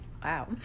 Wow